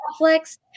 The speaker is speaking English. Netflix